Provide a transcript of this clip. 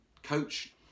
coach